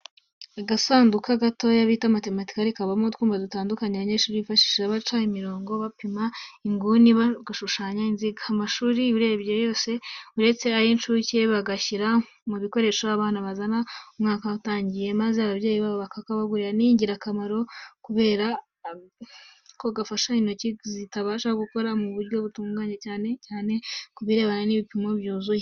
Agasanduku gatoya bita "Mathematical" kabamo utwuma dutandukanye abanyeshuri bifashisha baca nk'imirongo, bapima inguni, bashushanya inziga n'ibindi. Amashuri urebye yose, uretse ay'incuke, bagashyira mu bikoresho abana bazazana umwaka utangiye maze ababyeyi babo bakakabagurira. Ni ingirakamaro kubera ko gafasha mu byo intoki zitabasha gukora ku buryo butunganye cyane cyane ku birebana n'ibipimo byuzuye.